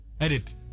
Edit